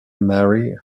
mare